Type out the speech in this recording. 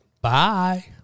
Bye